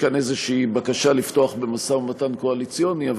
כאן איזו בקשה לפתוח במשא-ומתן קואליציוני,